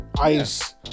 ice